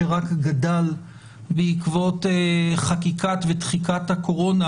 שרק גדל בעקבות חקיקה ותחיקת הקורונה,